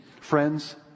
friends